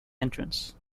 entrance